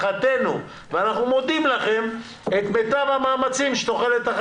שערי צדק,